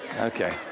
Okay